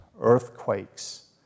earthquakes